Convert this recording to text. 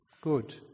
good